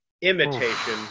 imitation